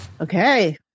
okay